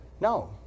No